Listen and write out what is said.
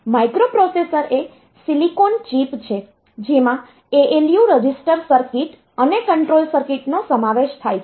microprocessor એ silicon chip છે જેમાં ALU રજિસ્ટર સર્કિટ અને કંટ્રોલ સર્કિટ નો સમાવેશ થાય છે